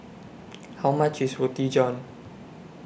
How much IS Roti John